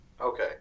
Okay